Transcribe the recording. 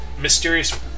mysterious